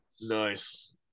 Nice